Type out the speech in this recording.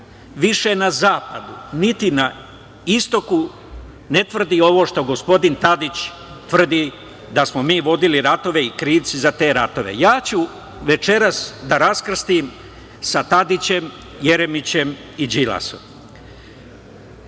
više na zapadu, niti na istoku ne tvrdi ovo što gospodin Tadić tvrdi – da smo mi vodili ratove i krivci za te ratove. Ja ću večeras da raskrstim za Tadićem, Jeremićem i